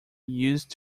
used